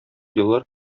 еллар